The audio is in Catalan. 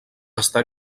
està